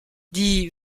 dis